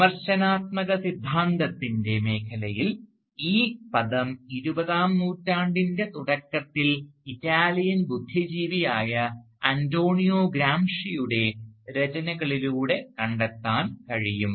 വിമർശനാത്മക സിദ്ധാന്തത്തിൻറെ മേഖലയിൽ ഈ പദം ഇരുപതാം നൂറ്റാണ്ടിൻറെ തുടക്കത്തിൽ ഇറ്റാലിയൻ ബുദ്ധിജീവിയായ അന്റോണിയോ ഗ്രാംഷിയുടെ രചനകളിലൂടെ കണ്ടെത്താൻ കഴിയും